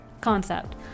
concept